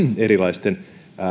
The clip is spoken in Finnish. erilaisten